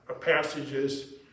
passages